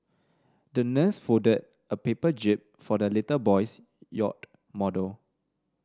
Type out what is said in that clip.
the nurse folded a paper jib for the little boy's yacht model